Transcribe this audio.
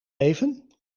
even